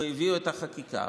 והביאו את החקיקה.